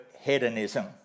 hedonism